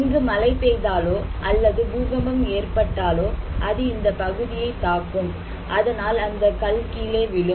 இங்கு மழை பெய்தாலோ அல்லது பூகம்பம் ஏற்பட்டாலோ அது இந்த பகுதியை தாக்கும் அதனால் அந்தக் கல் கீழே விழும்